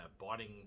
biting